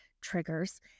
triggers